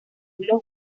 los